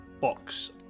box